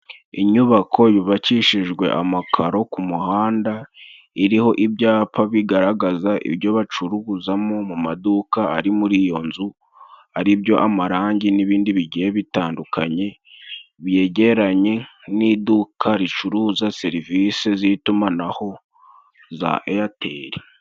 Inyubako yubakishijwe amakaro ku muhanda iriho ibyapa bigaragaza ibyo bacuruzamo mu maduka ari muri iyo nzu aribyo amarangi n'ibindi bigiye bitandukanye byegeranye n'iduka ricuruza serivisi z'itumanaho za eyateri.